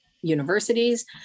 universities